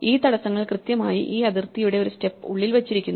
ഈ തടസ്സങ്ങൾ കൃത്യമായി ഈ അതിർത്തിയുടെ ഒരു സ്റ്റെപ് ഉള്ളിൽ വെച്ചിരിക്കുന്നു